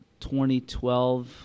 2012